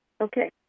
Okay